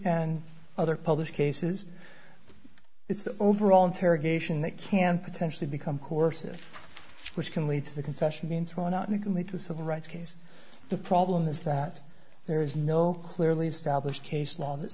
and other published cases it's the overall interrogation that can potentially become coercive which can lead to the confession being thrown out in a can lead to civil rights case the problem is that there is no clearly established case law that